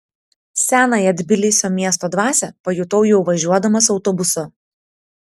senąją tbilisio miesto dvasią pajutau jau važiuodamas autobusu